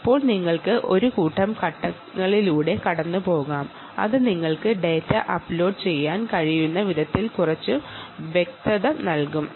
ഇപ്പോൾ ഞങ്ങൾക്ക് ഘട്ടങ്ങളിലൂടെ കടന്നുപോകാം അത് നിങ്ങൾക്ക് ഡാറ്റ അപ്ലോഡ് ചെയ്യാൻ കഴിയുന്ന വിധത്തിൽ കുറച്ച് വ്യക്തത നൽകും